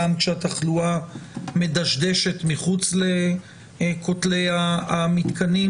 גם כשהתחלואה מדשדשת מחוץ לכותלי המתקנים.